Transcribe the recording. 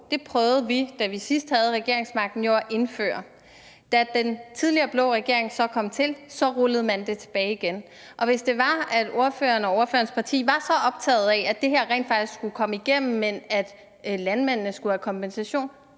prøvede vi jo, da vi sidst havde regeringsmagten, at indføre. Da den tidligere, blå regering så kom til, rullede man det tilbage igen. Og hvis det var, at spørgeren og spørgerens parti var så optaget af, at det her rent faktisk skulle komme igennem, men at landmændene skulle have kompensation,